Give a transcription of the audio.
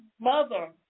mother